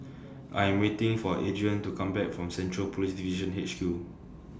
I Am waiting For Adrian to Come Back from Central Police Division H Q